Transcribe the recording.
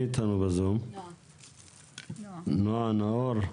נועה נאור,